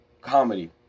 comedy